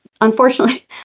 unfortunately